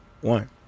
one